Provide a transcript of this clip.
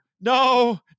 no